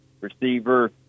receiver